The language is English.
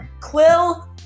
Quill